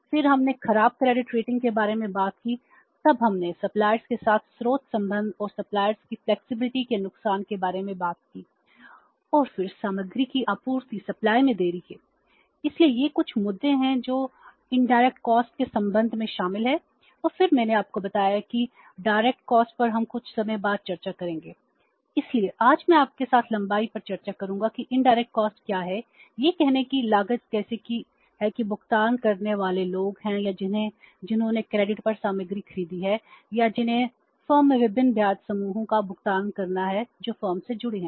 फिर हमने खराब क्रेडिट रेटिंग पर सामग्री खरीदी है या जिन्हें फर्म में विभिन्न ब्याज समूहों को भुगतान करना है जो फर्म से जुड़े हैं